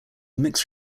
mixed